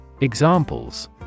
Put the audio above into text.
Examples